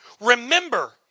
Remember